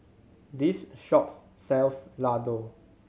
this shops sells Ladoo